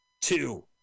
Two